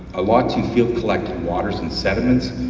a lot to field collected waters and sediments.